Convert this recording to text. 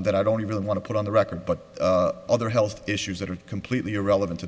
that i don't even want to put on the record but other health issues that are completely irrelevant to